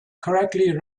correctly